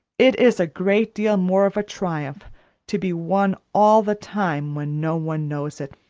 it is a great deal more of a triumph to be one all the time when no one knows it.